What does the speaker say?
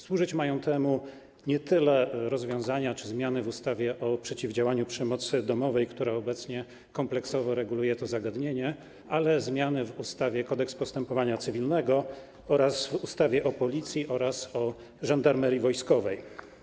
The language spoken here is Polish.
Służyć mają temu nie tyle rozwiązania czy zmiany w ustawie o przeciwdziałaniu przemocy domowej, która obecnie kompleksowo reguluje to zagadnienie, ile zmiany w ustawie - Kodeks postępowania cywilnego oraz w ustawie o Policji i w ustawie o Żandarmerii Wojskowej.